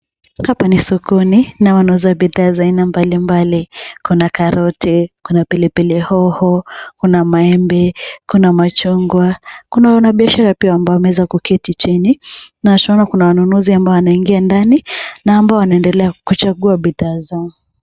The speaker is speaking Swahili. Hapa ni sokoni na wanauza bidhaa za aina mbalimbali. Kuna karoti, kuna pilipili hoho, kuna maembe, kuna machungwa, kuna wanabiashara pia ambao wameweza kuketi chini na tunaona wanunuzi ambao wanaingia ndani na ambao wanaendelea kuchagua bidhaa zao.